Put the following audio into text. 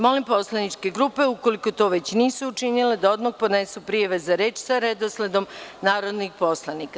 Molim poslaničke grupe, ukoliko to već nisu učinile, da odmah podnesu prijave za reč sa redosledom narodnih poslanika.